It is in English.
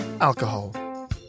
alcohol